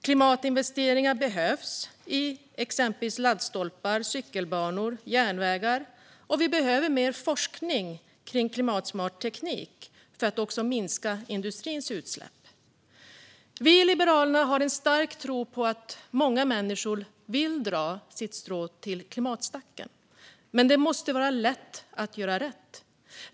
Klimatinvesteringar behövs i exempelvis laddstolpar, cykelbanor och järnvägar, och vi behöver mer forskning kring klimatsmart teknik för att minska industrins utsläpp. Vi i Liberalerna har en stark tro på att många människor vill dra sitt strå till klimatstacken. Men det måste vara lätt att göra rätt.